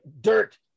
dirt